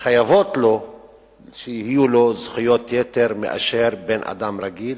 וחייבות להיות לו זכויות יתר לעומת בן-אדם רגיל,